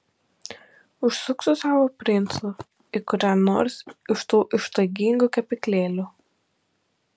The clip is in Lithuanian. užsuk su savo princu į kurią nors iš tų ištaigingų kepyklėlių